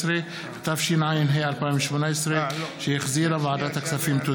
18), התשע"ח 2018, שהחזירה ועדת הכספים.